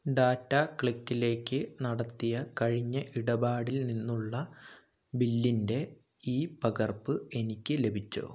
data ക്ലിക്കിലേക്ക് നടത്തിയ കഴിഞ്ഞ ഇടപാടിൽ നിന്നുള്ള ബില്ലിൻ്റെ ഇ പകർപ്പ് എനിക്ക് ലഭിച്ചോ